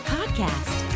Podcast